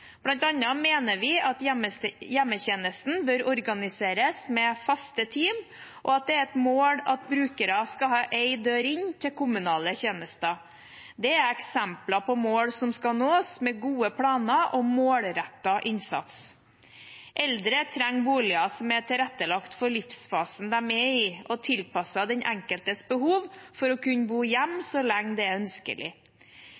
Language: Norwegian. mener vi at hjemmetjenesten bør organiseres med faste team, og at det er et mål at brukerne skal ha én dør inn til kommunale tjenester. Dette er eksempler på mål som skal nås med gode planer og målrettet innsats. Eldre trenger boliger som er tilrettelagt for livsfasen de er i, og tilpasset den enkeltes behov for å kunne bo